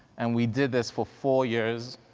and we did this for four years.